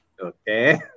okay